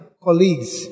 colleagues